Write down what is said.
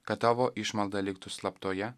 kad tavo išmalda liktų slaptoje